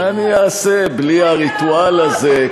מה אני אעשה בלי הריטואל הזה,